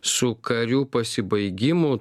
su karių pasibaigimu